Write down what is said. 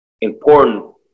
important